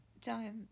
time